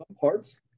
Parts